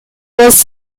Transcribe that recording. was